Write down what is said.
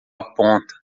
aponta